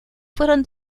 fueron